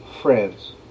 friends